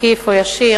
עקיף או ישיר,